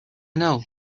know